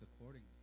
accordingly